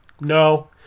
no